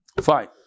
fine